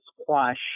squash